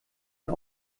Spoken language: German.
man